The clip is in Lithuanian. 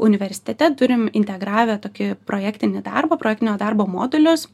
universitete turim integravę tokį projektinį darbą projektinio darbo modulius